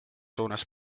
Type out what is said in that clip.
suunas